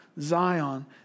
Zion